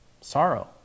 sorrow